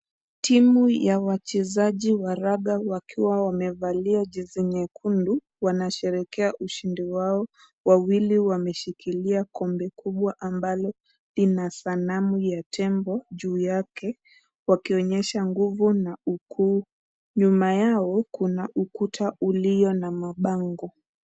Timu ya wachezaji wa raga wakiwa wamevalia jezi nyekundu, wanasherehekea ushindi wao. Wawili wameshikilia kombe kubwa ambalo lina sanamu ya tembo juu yake, wakionyesha nguvu na ukuu. Nyuma yao kuna ukuta ulio na mabango.